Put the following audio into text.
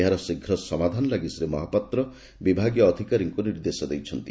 ଏହାର ଶୀଘ୍ର ସମାଧାନ ଲାଗି ଶ୍ରୀ ମହାପାତ୍ର ବିଭାଗୀୟ ଅଧିକାରୀଙ୍କୁ ନିର୍ଦ୍ଦେଶ ଦେଇଛନ୍ତି